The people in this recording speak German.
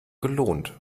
gelohnt